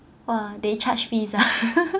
!wah! they charge fees ah